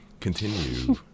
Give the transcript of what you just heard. continue